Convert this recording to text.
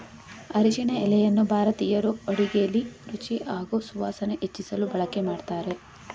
ಅರಿಶಿನ ಎಲೆಯನ್ನು ಭಾರತೀಯರು ಅಡುಗೆಲಿ ರುಚಿ ಹಾಗೂ ಸುವಾಸನೆ ಹೆಚ್ಚಿಸಲು ಬಳಕೆ ಮಾಡ್ತಾರೆ